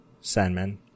Sandman